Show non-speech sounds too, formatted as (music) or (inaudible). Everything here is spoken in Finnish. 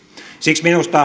siksi minusta (unintelligible)